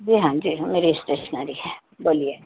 جی ہاں جی ہاں میری اسٹیشنری ہے بولیے